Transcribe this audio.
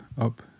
up